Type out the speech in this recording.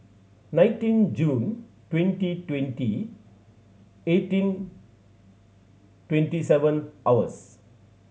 nineteen June twenty twenty eighteen twenty seven hours